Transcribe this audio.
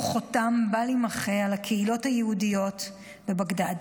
חותם בל יימחה על הקהילה היהודית בבגדאד,